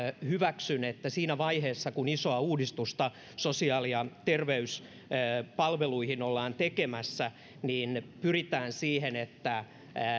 hyväksyn että siinä vaiheessa kun isoa uudistusta sosiaali ja terveyspalveluihin ollaan tekemässä pyritään siihen että